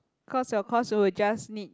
cause your course will just need